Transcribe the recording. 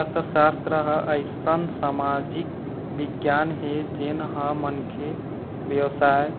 अर्थसास्त्र ह अइसन समाजिक बिग्यान हे जेन ह मनखे, बेवसाय,